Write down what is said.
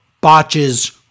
botches